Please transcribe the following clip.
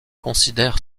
considère